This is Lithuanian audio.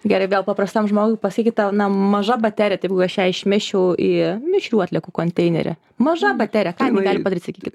gerai vėl paprastam žmogui pasakyt ta na maža baterija tegul aš ją išmesčiau į mišrių atliekų konteinerį maža baterija ką gi padaryt